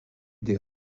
des